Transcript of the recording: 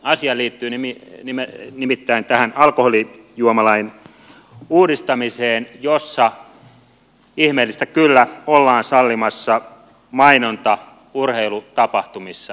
asia liittyy nimittäin tähän alkoholijuomalain uudistamiseen jossa ihmeellistä kyllä ollaan sallimassa mainonta urheilutapahtumissa